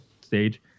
stage